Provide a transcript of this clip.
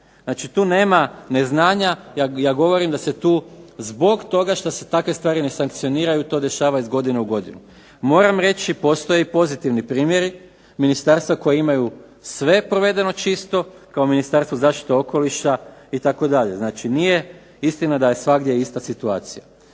Znači, tu nema neznanja, ja govorim da se tu zbog toga što se takve stvari ne sankcioniraju to dešava iz godine u godinu. Moram reći postoje i pozitivni primjeri, ministarstva koja imaju sve provedeno čisto, kao Ministarstvo zaštite okoliša itd. Znači nije istina da je svagdje ista situacija.